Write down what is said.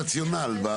לא, אבל תני את הרציונל.